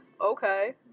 Okay